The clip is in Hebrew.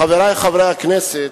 חברי חברי הכנסת,